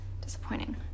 disappointing